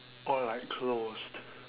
or like closed